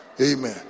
Amen